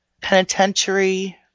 penitentiary